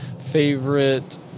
Favorite